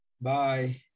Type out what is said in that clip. Bye